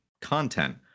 content